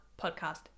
podcast